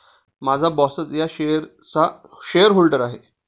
माझा बॉसच या शेअर्सचा शेअरहोल्डर आहे